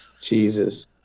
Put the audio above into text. Jesus